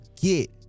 get